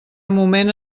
moment